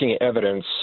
evidence